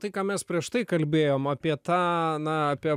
tai ką mes prieš tai kalbėjom apie tą na apie